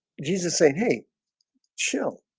jesus saying hey shel